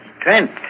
Trent